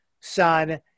son